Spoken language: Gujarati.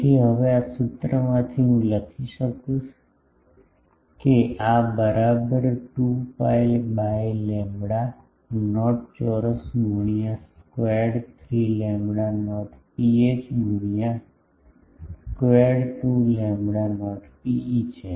તેથી હવે આ સૂત્રમાંથી હું લખી શકશે કે આ બરાબર 2 pi બાય લેમ્બડા નોટ ચોરસ ગુણ્યાં સ્કેવેરૃટ 3 લેમ્બડા નોટ ρh ગુણ્યાં સ્કેવેરૃટ 2 લેમ્બડા નોટ ρe છે